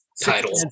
title